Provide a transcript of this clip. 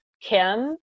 Kim